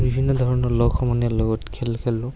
বিভিন্ন ধৰণৰ লগ সমনীয়াৰ লগত খেল খেলোঁ